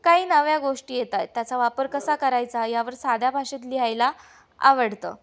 काही नव्या गोष्टी येत आहेत त्याचा वापर कसा करायचा यावर साध्या भाषेत लिहायला आवडतं